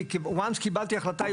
כי ברגע שקיבלתי החלטה,